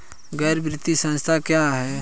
गैर वित्तीय संस्था क्या है?